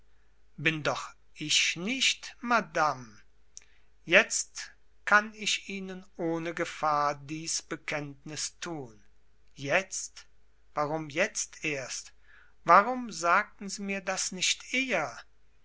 bin doch ich nicht madame jetzt kann ich ihnen ohne gefahr dies bekenntnis tun jetzt warum jetzt erst warum sagten sie mir das nicht eher